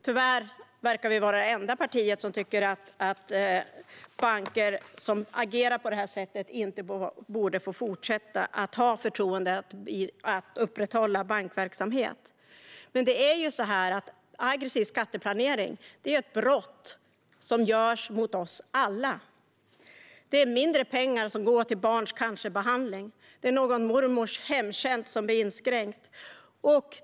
Tyvärr verkar vi vara det enda parti som tycker att banker som agerar på det här sättet inte borde fortsätta att ha förtroendet att få upprätthålla bankverksamhet. Men aggressiv skatteplanering är ett brott som begås mot oss alla. Det blir mindre pengar som går till barns cancerbehandling, och någons mormors hemtjänst blir inskränkt.